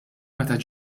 meta